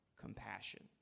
compassion